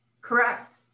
Correct